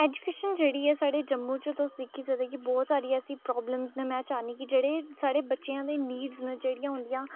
education जेह्ड़ी ऐ साढ़े जम्मू च तुस दिक्खी सकदे की बहोत सारी ऐसी प्रॉब्लम्स न में चाह्न्नीं की जेह्ड़े साढ़े बच्चेआं दी नीड्स न जेह्ड़ियां होंदियां